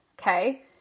Okay